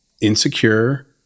insecure